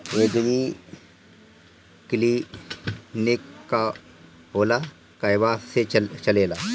एगरी clinic का होला कहवा से चलेँला?